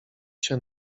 się